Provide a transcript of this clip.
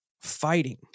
fighting